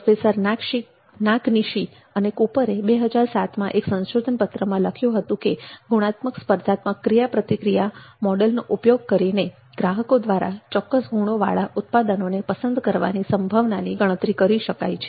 professor Nakanishi અને કૂપરે 2007ના એક સંશોધન પત્રમાં લખ્યું હતું કે ગુણાત્મક સ્પર્ધાત્મક ક્રિયાપ્રતિક્રિયા મોડલનો ઉપયોગ કરીને ગ્રાહકો દ્વારા ચોક્કસ ગુણોવાળા ઉત્પાદનોને પસંદ કરવાની સંભાવનાની ગણતરી કરી શકાય છે